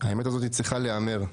והאמת הזאת צריכה להיאמר.